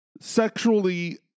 sexually